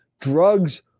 Drugs